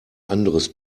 anderes